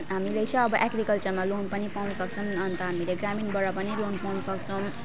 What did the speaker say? हामीले चाहिँ अब एग्रिकल्चरमा लोन पनि पाउन सक्छौँ अन्त हामीले ग्रामीणबाट पनि लोन पाउन सक्छौँ